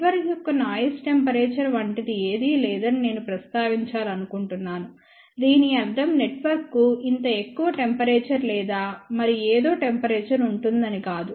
network యొక్క noise temperature వంటిది ఏదీ లేదని నేను ప్రస్తావించాలనుకుంటున్నాను దీని అర్థం నెట్వర్క్కు ఇంత ఎక్కువ టెంపరేచర్ లేదా మరి ఏదో టెంపరేచర్ ఉంటుంది అని కాదు